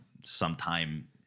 sometime